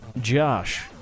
Josh